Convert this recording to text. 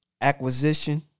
acquisition